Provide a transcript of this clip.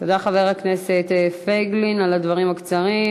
תודה, חבר הכנסת פייגלין, על הדברים הקצרים.